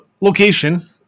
location